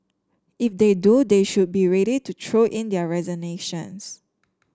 if they do they should be ready to throw in their resignations